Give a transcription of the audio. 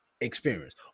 experience